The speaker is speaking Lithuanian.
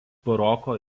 baroko